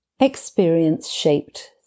Experience-shaped